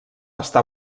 està